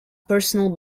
personal